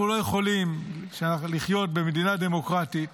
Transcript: אנחנו לא יכולים לחיות במדינה דמוקרטית